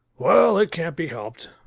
well, it can't be helped!